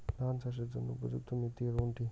ধান চাষের জন্য উপযুক্ত মৃত্তিকা কোনটি?